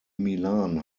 milan